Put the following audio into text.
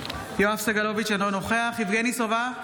יואב סגלוביץ' אינו נוכח יבגני סובה,